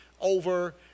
over